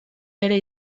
bere